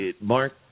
Mark